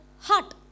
heart